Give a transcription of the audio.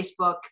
Facebook